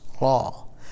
law